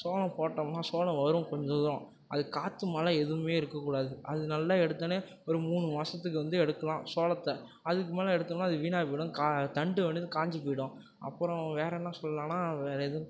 சோளம் போட்டோம்னால் சோளம் வரும் கொஞ்சம் தூரம் அது காற்று மழை எதுவுமே இருக்கக் கூடாது அது நல்லா எடுத்தவொடனே ஒரு மூணு மாதத்துக்கு வந்து எடுக்கலாம் சோளத்தை அதுக்கு மேல் எடுத்தோம்னால் அது வீணாக போயிடும் கா தண்டு வந்துட்டு காஞ்சுப் போய்டும் அப்புறம் வேற என்ன சொல்லலாம்னா வேறு எதுவும்